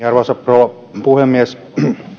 arvoisa rouva puhemies